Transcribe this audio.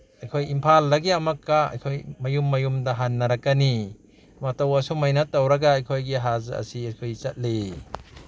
ꯑꯩꯈꯣꯏ ꯏꯝꯐꯥꯜꯗꯒꯤ ꯑꯃꯛꯀ ꯑꯩꯈꯣꯏ ꯃꯌꯨꯝ ꯃꯌꯨꯝꯗ ꯍꯟꯅꯔꯛꯀꯅꯤ ꯃꯇꯧ ꯑꯁꯨꯃꯥꯏꯅ ꯇꯧꯔꯒ ꯑꯩꯈꯣꯏꯒꯤ ꯍꯁ ꯑꯁꯤ ꯑꯩꯈꯣꯏ ꯆꯠꯂꯤ